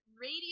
Radio